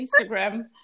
Instagram